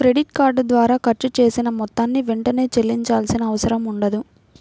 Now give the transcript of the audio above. credit card ద్వారా ఖర్చు చేసిన మొత్తాన్ని వెంటనే చెల్లించాల్సిన అవసరం ఉండదు